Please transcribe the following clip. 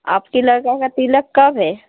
आपके लड़का का तिलक कब है